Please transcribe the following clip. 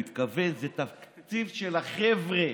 הוא התכוון שזה תקציב של החבר'ה,